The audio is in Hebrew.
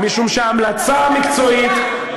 כי ההמלצה המקצועית,